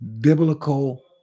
biblical